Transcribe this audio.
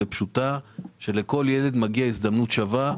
לכל ילד מגיעה הזדמנות שווה,